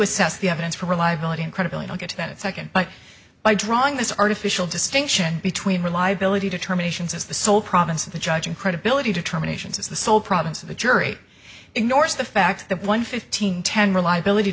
assess the evidence for reliability and credibility don't get that second by drawing this artificial distinction between reliability determinations as the sole province of the judge and credibility determinations as the sole province of the jury ignores the fact that one fifteen ten reliability